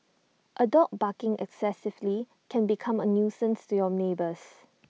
A dog barking excessively can become A nuisance to your neighbours